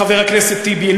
חבר הכנסת טיבי,